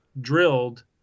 drilled